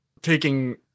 taking